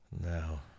No